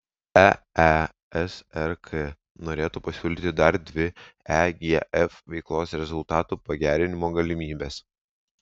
eesrk norėtų pasiūlyti dar dvi egf veiklos rezultatų pagerinimo galimybes